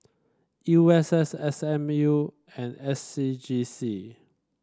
U S S S M U and S C G C